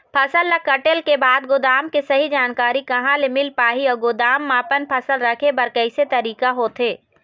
फसल ला कटेल के बाद गोदाम के सही जानकारी कहा ले मील पाही अउ गोदाम मा अपन फसल रखे बर कैसे तरीका होथे?